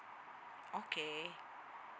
okay